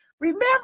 Remember